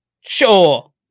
Sure